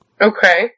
Okay